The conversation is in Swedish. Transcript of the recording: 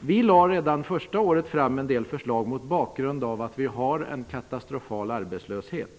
Redan under det första året lade vi fram en del förslag mot bakgrund av den katastrofala arbetslösheten.